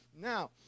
Now